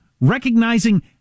recognizing